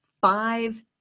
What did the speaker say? five